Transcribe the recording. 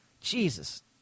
Jesus